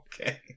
Okay